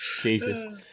jesus